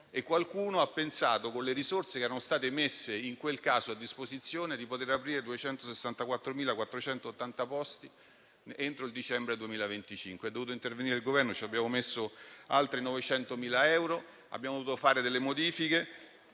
E qualcuno ha pensato, con le risorse che erano state messe a disposizione in quel caso, di poter aprire 264.480 posti entro il dicembre 2025. È dovuto intervenire il Governo, ci abbiamo messo altre 900.000 euro, abbiamo dovuto fare delle modifiche.